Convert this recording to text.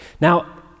Now